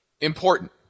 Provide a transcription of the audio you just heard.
important